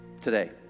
today